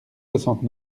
soixante